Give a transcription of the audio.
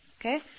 Okay